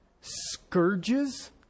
scourges